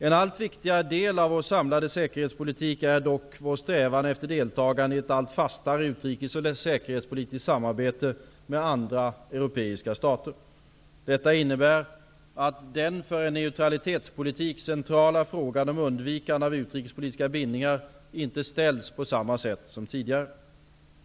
En allt viktigare del av vår samlade säkerhetspolitik är dock vår strävan efter deltagande i ett allt fastare utrikes och säkerhetspolitiskt samarbete med andra europeiska stater. Detta innebär, att den för en neutralitetspolitik centrala frågan om undvikande av utrikespolitiska bindningar inte ställs på samma sätt som tidigare.